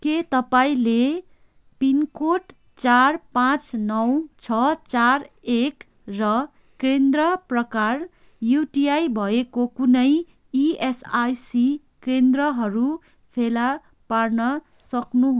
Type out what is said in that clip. के तपाईँँले पिनकोड चार पाचँ नौ छ चार एक र केन्द्र प्रकार युटिआई भएको कुनै इएसआइसी केन्द्रहरू फेला पार्न सक्नुहुन्छ